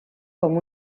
com